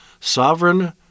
sovereign